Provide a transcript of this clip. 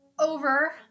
Over